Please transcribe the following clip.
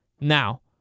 Now